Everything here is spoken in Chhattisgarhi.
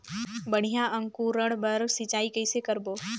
बढ़िया अंकुरण बर सिंचाई कइसे करबो?